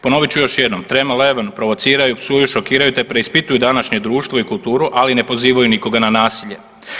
Ponovit ću još jednom Tram 11 provociraju, psuju, šokiraju, te preispituju današnje društvu i kulturu, ali ne pozivaju nikoga na nasilje.